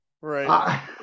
right